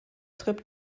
tripp